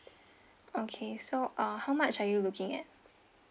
okay so uh how much are you looking at